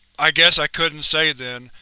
i guess i couldn't say, then,